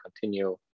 continue